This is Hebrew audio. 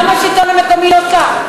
למה השלטון המקומי לא שם?